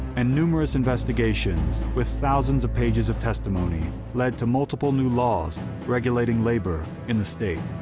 and numerous investigations with thousands of pages of testimony led to multiple new laws regulating labor in the state.